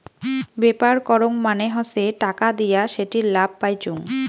ব্যাপার করং মানে হসে টাকা দিয়া সেটির লাভ পাইচুঙ